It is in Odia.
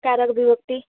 କାରକ ବିଭକ୍ତି